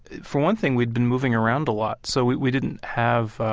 for one thing, we'd been moving around a lot. so we we didn't have